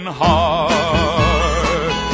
heart